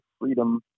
freedom